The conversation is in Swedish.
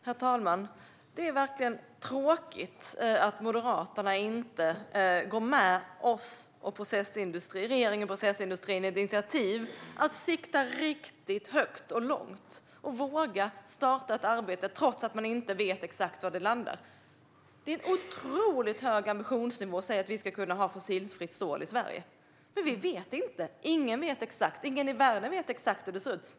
Herr talman! Det är verkligen tråkigt att Moderaterna inte går med regeringen och processindustrin i ett initiativ för att sikta riktigt högt och långt och våga starta ett arbete trots att man inte vet exakt var det landar. Det är en otroligt hög ambitionsnivå att säga att vi ska kunna ha fossilfritt stål i Sverige. Ingen i världen vet exakt hur det ser ut.